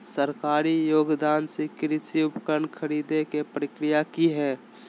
सरकारी योगदान से कृषि उपकरण खरीदे के प्रक्रिया की हय?